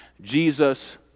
Jesus